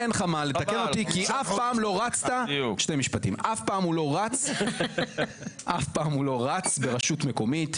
אין לך מה לתקן אותי כי אף פעם לא רצת אף פעם הוא לא רץ ברשות מקומית,